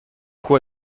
quoi